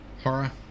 horror